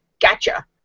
Gotcha